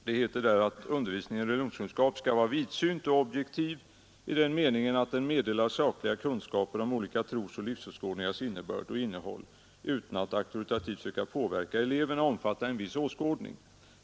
Det heter där bl.a. att undervisningen ”skall vara vidsynt och objektiv i den meningen, att den meddelar sakliga kunskaper om olika trosoch livsåskådningars innebörd och innehåll utan att auktoritativt söka påverka eleverna att omfatta en viss åskådning.